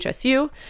HSU